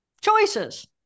Choices